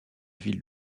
ville